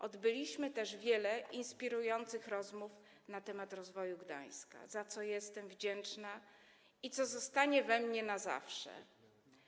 Odbyliśmy też wiele inspirujących rozmów na temat rozwoju Gdańska, za co jestem wdzięczna i co zostanie we mnie na zawsze.